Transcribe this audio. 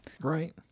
Right